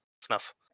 snuff